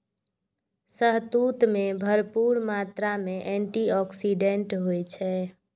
शहतूत मे भरपूर मात्रा मे एंटी आक्सीडेंट होइ छै